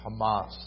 Hamas